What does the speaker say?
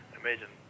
imagine